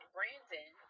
Brandon